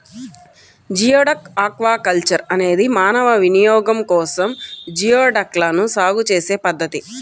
geoduck aquaculture అనేది మానవ వినియోగం కోసం జియోడక్లను సాగు చేసే పద్ధతి